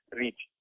reach